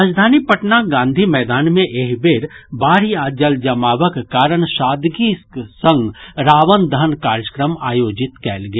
राजधानी पटनाक गांधी मैदान मे एहि बेर बाढ़ि आ जल जमावक कारण सादगीक संग रावण दहन कार्यक्रम आयोजित कयल गेल